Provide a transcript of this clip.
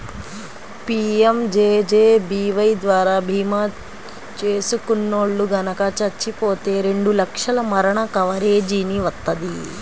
PMJJBY ద్వారా భీమా చేసుకున్నోల్లు గనక చచ్చిపోతే రెండు లక్షల మరణ కవరేజీని వత్తది